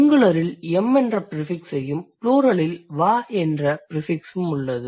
சிங்குலரில் m என்ற ப்ரிஃபிக்ஸையும் ப்ளூரலில் wa என்ற ப்ரிஃபிக்ஸ் உம் உள்ளது